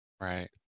Right